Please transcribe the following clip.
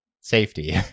safety